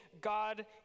God